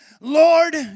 Lord